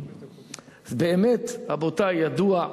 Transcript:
רבותי, ידוע,